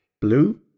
blue